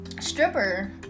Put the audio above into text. stripper